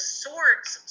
swords